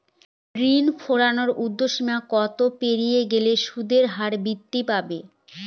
ঋণ ফেরানোর উর্ধ্বসীমা কতটা পেরিয়ে গেলে সুদের হার বৃদ্ধি পাবে?